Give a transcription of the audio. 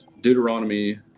Deuteronomy